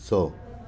सौ